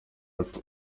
ati